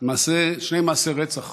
שני מעשי רצח